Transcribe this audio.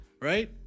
right